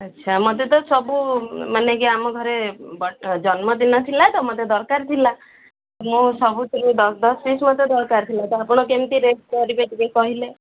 ଆଚ୍ଛା ମୋତେ ତ ସବୁ ମାନେ କି ଆମ ଘରେ ଜନ୍ମଦିନ ଥିଲା ତ ମୋତେ ଦରକାର ଥିଲା ମୁଁ ସବୁଥିରୁ ଦଶ ଦଶ ପିସ୍ ମୋତେ ଦରକାର ଥିଲା ତ ଆପଣ କେମିତି ରେଟ୍ କରିବେ ଟିକେ କହିଲେ